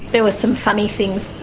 there were some funny things.